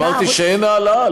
אמרתי שאין העלאה,